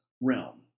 realm